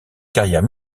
carrière